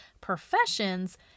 professions